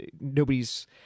nobody's